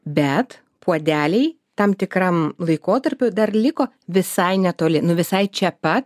bet puodeliai tam tikram laikotarpiui dar liko visai netoli nu visai čia pat